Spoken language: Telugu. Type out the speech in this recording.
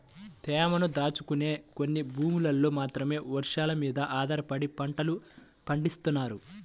తేమను దాచుకునే కొన్ని భూముల్లో మాత్రమే వర్షాలమీద ఆధారపడి పంటలు పండిత్తన్నారు